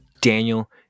Daniel